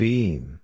Beam